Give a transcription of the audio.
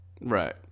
Right